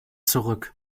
zurück